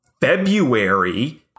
February